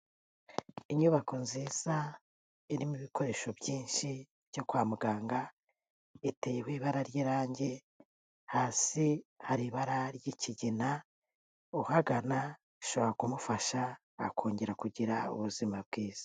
Inyubako nziza irimo ibikoresho byinshi byo kwa muganga, iteyeho ibara ry'irange, hasi hari ibara ry'ikigina, uhagana hashobora kumufasha kongera kugira ubuzima bwiza.